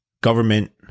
government